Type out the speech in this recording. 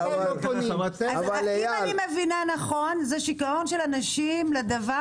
אם אני מבינה נכון זה שגעון של אנשים לדבר